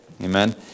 Amen